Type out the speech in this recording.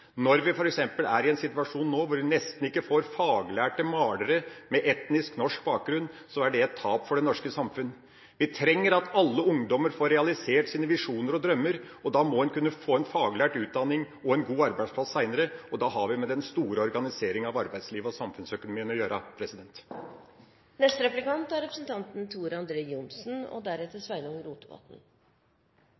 Når vi f.eks. nå er i en situasjon hvor vi nesten ikke får faglærte malere med etnisk norsk bakgrunn, er det et tap for det norske samfunn. Vi trenger at alle ungdommer får realisert sine visjoner og drømmer, og da må en kunne få en faglært utdanning og en god arbeidsplass seinere. Da har vi med den store organiseringa av arbeidslivet og samfunnsøkonomien å gjøre.